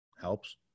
helps